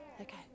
Okay